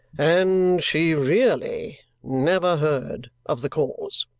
and she really never heard of the cause!